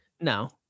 No